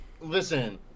listen